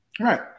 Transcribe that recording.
Right